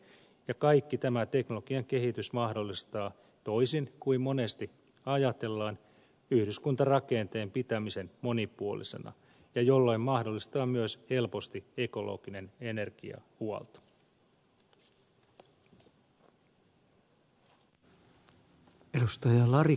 ja kaikki tämä teknologian kehitys mahdollistaa toisin kuin monesti ajatellaan yhdyskuntarakenteen pitämisen monipuolisena jolloin mahdollistuu helposti myös ekologinen energiahuolto